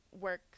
work